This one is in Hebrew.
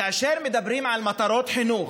כאשר מדברים על מטרות חינוך,